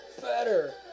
better